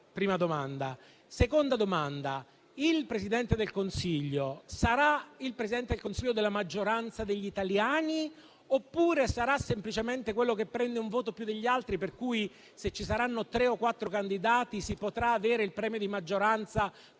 Seconda domanda: il Presidente del Consiglio sarà il Presidente del Consiglio della maggioranza degli italiani oppure sarà semplicemente quello che prende un voto più degli altri, per cui, se ci saranno tre o quattro candidati, si potrà avere il premio di maggioranza con il 33-34 per cento dei voti?